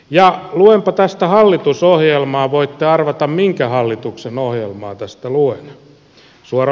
ja luenpa tästä hallitusohjelmaa voitte arvata minkä hallituksen ohjelmaa tässä luen